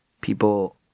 People